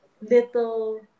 little